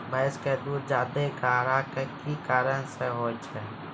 भैंस के दूध ज्यादा गाढ़ा के कि कारण से होय छै?